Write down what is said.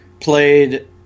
played